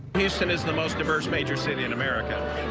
houston is the most diverse major city in america.